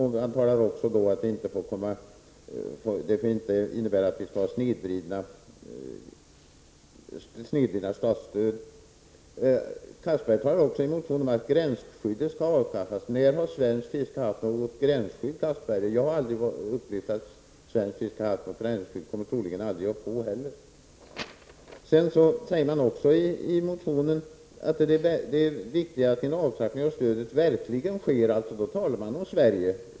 Han talade också om att det inte får innebära snedvridna statsstöd. Anders Castberger talar dessutom i motionen om att gränsskyddet skall avskaffas. När har svenskt fiske haft svenskt gränsskydd, Anders Castberger? Jag har aldrig upplevt att svenskt fiske har haft något gränsskydd, och det kommer troligen aldrig att få det heller. I motionen sägs också: ”Det viktiga är att en avtrappning av stödet verkligen sker”. Då talar man om Sverige.